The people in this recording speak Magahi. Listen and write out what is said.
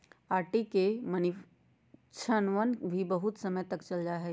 आर.के की मक्षिणवन भी बहुत समय तक चल जाहई